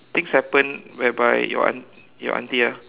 things happen whereby your aunt your aunty ah